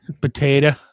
Potato